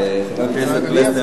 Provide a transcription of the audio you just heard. שהשר המנוח זאב בוים עמד פה,